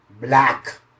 Black